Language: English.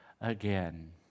again